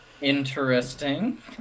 Interesting